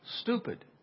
stupid